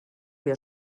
wir